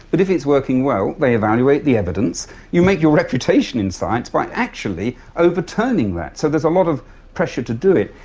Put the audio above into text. but if it's working well they evaluate the evidence. you make your reputation in science by actually overturning that. so there's a lot of pressure to do it.